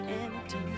empty